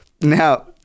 Now